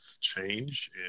change